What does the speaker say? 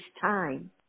time